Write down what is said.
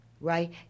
right